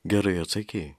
gerai atsakei